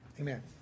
Amen